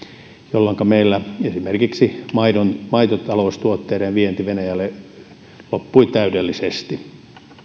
jolloinka meillä esimerkiksi maitotaloustuotteiden vienti venäjälle loppui täydellisesti